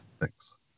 Thanks